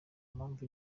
mpamvu